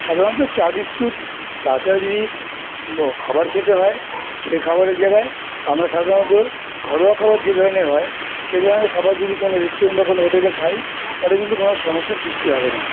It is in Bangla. সাধারণত চা বিস্কুট তাছাড়া যদি খাবার খেতে হয় সেই খাবারের জায়গায় আমরা সাধারণত ঘরোয়া খাবার যে ধরনের হয় সে ধরনের খাবার যদি কোনো রেস্টুরেন্ট বা কোনো হোটেলে খাই তাহলে কিন্তু কোনো সমস্যার সৃষ্টি হবে না